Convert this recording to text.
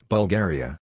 Bulgaria